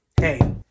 Hey